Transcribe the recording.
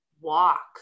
walk